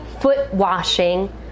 foot-washing